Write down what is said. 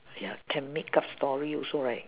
ya can make up story also right